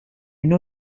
une